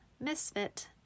misfit